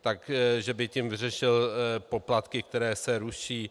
Tak že by tím vyřešil poplatky, které se ruší.